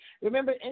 Remember